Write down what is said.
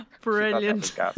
Brilliant